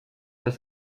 das